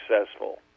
successful